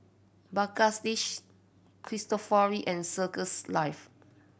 Bagstationz Cristofori and Circles Life